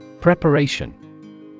Preparation